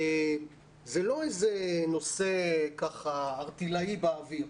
זה לא איזה נושא ערטילאי באוויר.